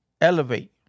Elevate